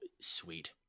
sweet